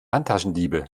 handtaschendiebe